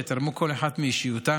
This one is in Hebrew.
שתרמו כל אחת מאישיותן,